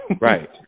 Right